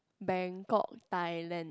Bangkok Thailand